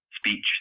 speech